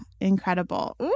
Incredible